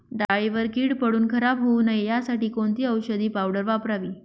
डाळीवर कीड पडून खराब होऊ नये यासाठी कोणती औषधी पावडर वापरावी?